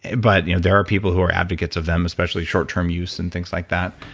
but you know there are people who are advocates of them, especially short-term use and things like that.